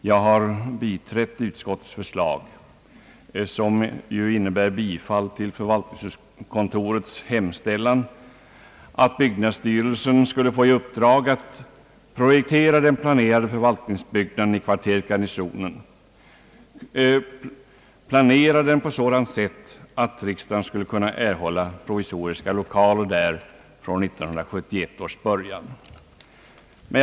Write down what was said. Jag har biträtt utskottets förslag, som ju innebär bifall till förvaltningskontorets hemställan att byggnadsstyrelsen skall få i uppdrag att projektera den planerade förvaltningsbyggnaden i kvarteret Garnisonen på sådant sätt, att riksdagen skulle kunna få provisoriska lokaler där från 1971 års början.